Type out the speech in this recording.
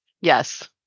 yes